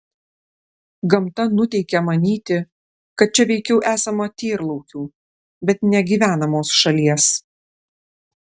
gamta nuteikia manyti kad čia veikiau esama tyrlaukių bet ne gyvenamos šalies